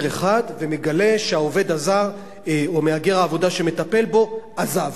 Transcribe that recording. אחד ומגלה שהעובד הזר או מהגר העבודה שמטפל בו עזב,